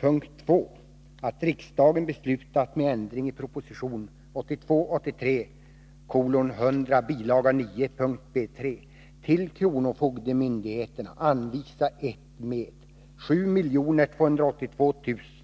Där föreslås ”att riksdagen beslutar att med ändring i proposition 1982/83:100 bil. 9 punkt B3 till Kronofogdemyndigheterna anvisa ett med 7282